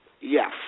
yes